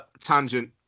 tangent